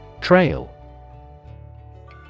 Trail